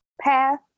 path